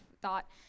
thought